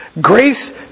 Grace